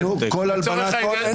לצורך העניין,